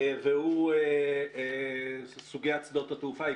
והוא סוגיית שדות התעופה.